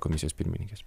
komisijos pirmininkės